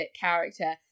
character